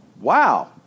Wow